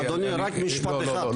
אדוני, רק משפט אחד.